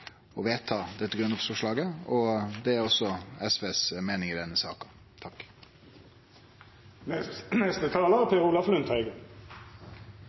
å vedta dette grunnlovsforslaget, og det er også SVs meining i denne saka.